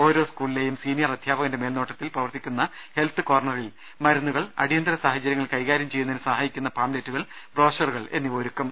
ഓരോ സ്കൂളി ലെയും സീനിയർ അധ്യാപകന്റെ മേൽനോട്ടത്തിൽ പ്രവർത്തിക്കുന്ന ഹെൽത്ത് കോർണറിൽ മരുന്നുകൾ അടിയന്തര സാഹചരൃങ്ങൾ കൈകാരൃം ചെയ്യുന്നതിന് സഹായിക്കുന്ന പാംലറ്റുകൾ ബ്രോഷറു കൾ എന്നിവ ഒരുക്കും